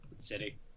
city